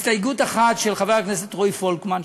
הסתייגות אחת היא של חבר הכנסת רועי פולקמן,